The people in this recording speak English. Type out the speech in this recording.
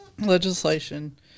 legislation